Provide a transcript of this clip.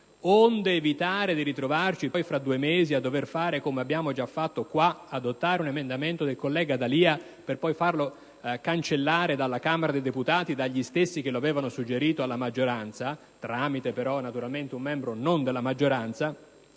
onde evitare di ritrovarci fra due mesi a dover approvare - come abbiamo già fatto - un emendamento del collega D'Alia per poi farlo cancellare dalla Camera dei deputati dagli stessi che lo avevano suggerito alla maggioranza (tramite però un membro non della maggioranza),